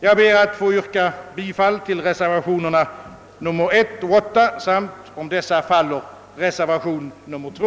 Jag ber att få yrka bifall till reservationerna 1 och 8 samt, om dessa faller, reservationen 2.